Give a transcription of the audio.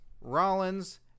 Rollins